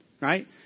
right